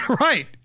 Right